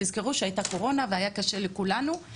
תזכרו שהייתה קורונה והיה קשה לכולנו,